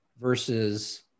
versus